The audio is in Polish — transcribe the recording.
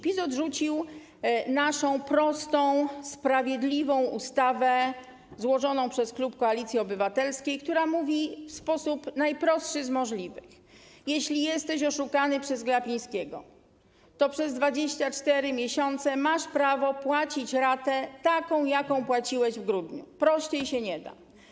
PiS odrzucił naszą prostą, sprawiedliwą ustawę, ustawę złożoną przez klub Koalicji Obywatelskiej, która mówi w sposób najprostszy z możliwych: jeśli jesteś oszukany przez Glapińskiego, to przez 24 miesiące masz prawo płacić taką ratę, jaką płaciłeś w grudniu, prościej się nie da.